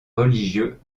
religieux